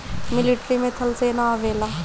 military में थल सेना आवेला